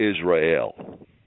Israel